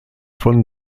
von